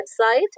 website